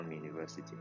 University